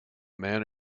man